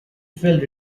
felt